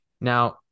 Now